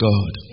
God